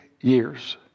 years